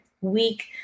week